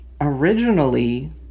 originally